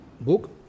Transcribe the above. book